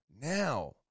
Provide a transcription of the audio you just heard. now